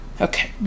Okay